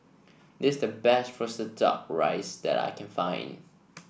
this is the best roasted duck rice that I can find